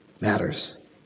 matters